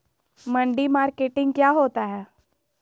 मंडी मार्केटिंग क्या होता है?